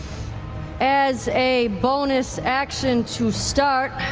as a bonus action to start,